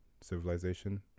Civilization